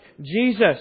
Jesus